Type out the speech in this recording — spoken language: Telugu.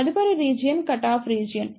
తదుపరి రీజియన్ కట్ ఆఫ్ రీజియన్